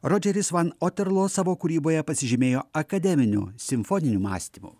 rodžeris van otterloo savo kūryboje pasižymėjo akademiniu simfoniniu mąstymu